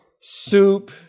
soup